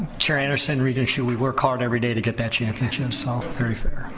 chair anderson, regent hsu we work hard every day to get that championship, so very fair.